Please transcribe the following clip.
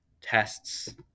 tests